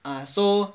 ah so